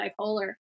bipolar